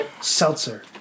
Seltzer